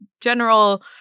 general